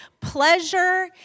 pleasure